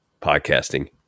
podcasting